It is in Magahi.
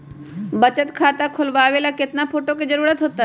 बचत खाता खोलबाबे ला केतना फोटो के जरूरत होतई?